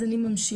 אז אני ממשיכה.